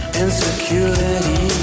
insecurity